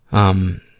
um,